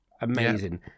amazing